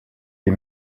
des